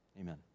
Amen